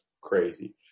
crazy